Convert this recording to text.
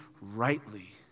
rightly